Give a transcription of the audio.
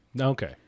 Okay